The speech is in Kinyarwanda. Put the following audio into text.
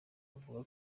bavuga